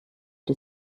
die